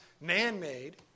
man-made